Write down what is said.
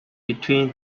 between